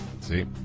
See